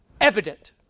evident